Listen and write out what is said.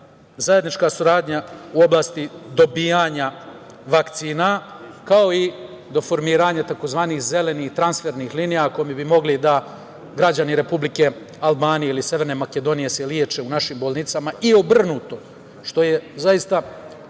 zajednička saradnja u oblasti dobijanja vakcina, kao i do formiranja tzv. „zelenih transfernih linija“ kojima bi mogli da građani Republike Albanije ili Severne Makedonije se leče u našim bolnicama i obrnuto, što je zaista